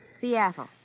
Seattle